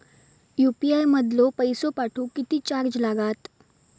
UPI मधलो पैसो पाठवुक किती चार्ज लागात?